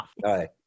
right